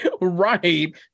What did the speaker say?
Right